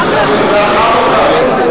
חם או קר?